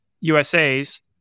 USA's